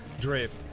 drift